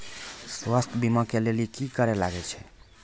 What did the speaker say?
स्वास्थ्य बीमा के लेली की करे लागे छै?